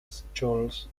scholz